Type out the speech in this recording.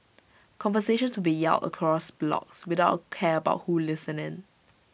conversations would be yelled across blocks without A care about who listened in